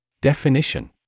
Definition